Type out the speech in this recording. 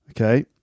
Okay